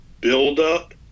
buildup